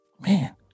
Man